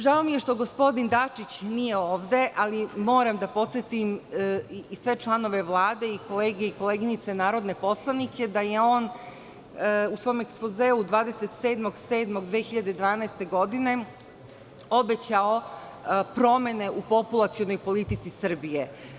Žao mi je što gospodin Dačić nije ovde, ali moram da podsetim sve članove Vlade, kolege i koleginice narodne poslanike, da je on u svom ekspozeu 27. jula 2012. godine obećao promene u populacionoj politici Srbije.